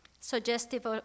suggestive